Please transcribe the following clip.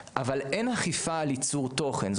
אבל אין אכיפה על ייצור תוכן,